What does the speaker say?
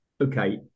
okay